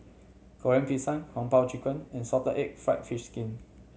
Goreng Pisang Kung Po Chicken and salted egg fried fish skin